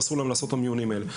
ואסור להם לעשות את המיונים האלה.